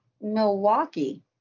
Milwaukee